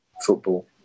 football